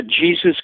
Jesus